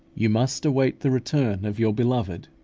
you must await the return of your beloved.